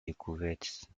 découvertes